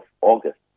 August